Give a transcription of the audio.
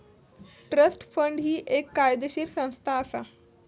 trust fund ही एक कायदेशीर संस्था असा